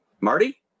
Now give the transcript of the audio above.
Marty